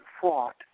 fought